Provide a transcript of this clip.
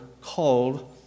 called